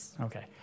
Okay